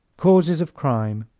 causes of crime